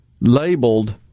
labeled